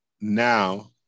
now